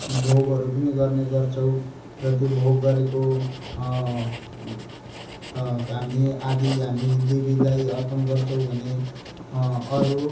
भोगहरू पनि गर्ने गर्छौँ र त्यो भोग गरेको हामी आधी हामी देवीलाई अर्पण गर्छौँ भने अरू